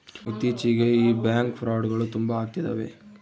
ಇತ್ತೀಚಿಗೆ ಈ ಬ್ಯಾಂಕ್ ಫ್ರೌಡ್ಗಳು ತುಂಬಾ ಅಗ್ತಿದವೆ